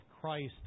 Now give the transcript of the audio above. Christ